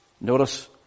Notice